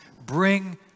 bring